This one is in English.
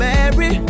Mary